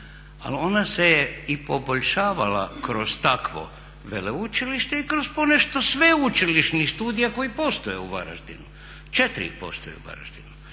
ali ona se je i poboljšavala kroz takvo veleučilište i kroz ponešto sveučilišnih studija koji postoje u Varaždinu, četiri ih postoji u Varaždinu.